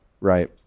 right